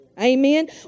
Amen